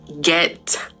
get